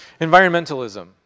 Environmentalism